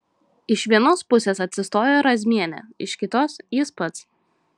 iš vienos pusės atsistojo razmienė iš kitos jis pats